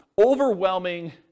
overwhelming